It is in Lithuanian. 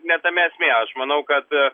ne tame esmė aš manau kad